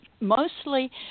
mostly